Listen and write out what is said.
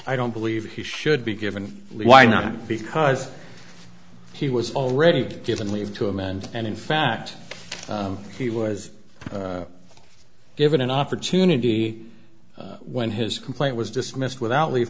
i don't believe he should be given why not because he was already given leave to amend and in fact he was given an opportunity when his complaint was dismissed without leave